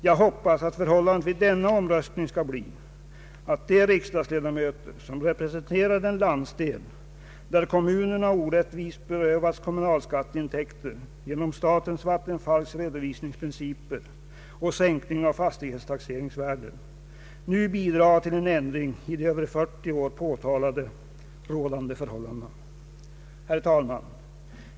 Jag hoppas att förhållandet vid denna omröstning skall bli att de riksdagsledamöter, som representerar den landsdel där kommunerna orättvist berövas kommunalskatteintäkter genom statens vattenfallsverks redovisningsprinciper och sänkning av fastighetstaxeringsvärden, nu bidrar till en ändring i de över 40 år påtalade rådande förhållandena. Herr talman!